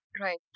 Right